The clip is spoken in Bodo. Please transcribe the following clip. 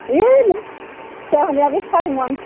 ऐ जोंहानिया बे सारिमन